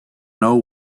know